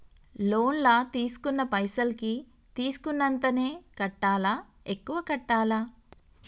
Loan లా తీస్కున్న పైసల్ కి తీస్కున్నంతనే కట్టాలా? ఎక్కువ కట్టాలా?